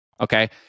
Okay